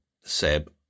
Seb